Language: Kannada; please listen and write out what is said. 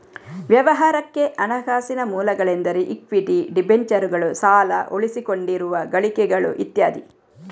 ವ್ಯವಹಾರಕ್ಕೆ ಹಣಕಾಸಿನ ಮೂಲಗಳೆಂದರೆ ಇಕ್ವಿಟಿ, ಡಿಬೆಂಚರುಗಳು, ಸಾಲ, ಉಳಿಸಿಕೊಂಡಿರುವ ಗಳಿಕೆಗಳು ಇತ್ಯಾದಿ